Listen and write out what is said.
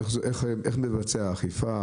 איך תתבצע האכיפה,